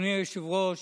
אדוני היושב-ראש,